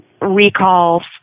recalls